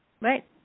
Right